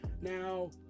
Now